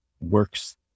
works